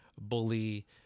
bully